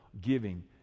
Giving